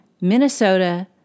Minnesota